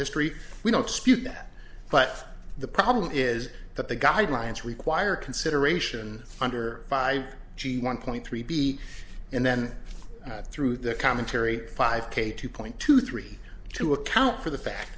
history we don't dispute that but the problem is that the guidelines require consideration under by one point three b and then through the commentary five k two point two three to account for the fact